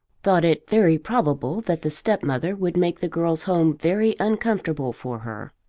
thought it very probable that the stepmother would make the girl's home very uncomfortable for her.